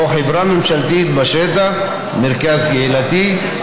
או חברה ממשלתית בשטח מרכז קהילתי,